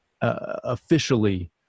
officially